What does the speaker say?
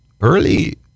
early